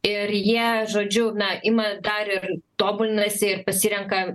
ir jie žodžiu na ima dar ir tobulinasi ir pasirenka